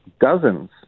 dozens